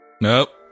Nope